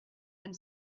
and